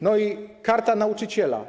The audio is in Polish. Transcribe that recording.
No i Karta Nauczyciela.